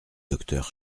docteur